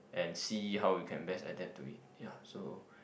and see how you can best attempt to it ya so